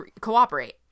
cooperate